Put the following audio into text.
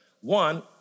One